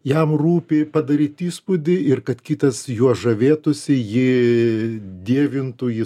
jam rūpi padaryt įspūdį ir kad kitas juo žavėtųsi ji dievintų jį